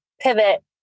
pivot